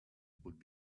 would